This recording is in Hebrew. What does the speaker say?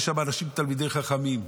יש הרבה אנשים תלמידי חכמים,